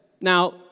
Now